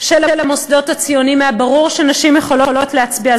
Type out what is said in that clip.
במוסדות הציוניים היה ברור שנשים יכולות להצביע.